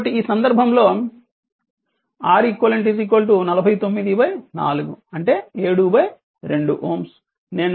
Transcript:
కాబట్టి ఈ సందర్భంలో R eq 49 4 అంటే 7 2 Ω